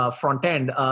front-end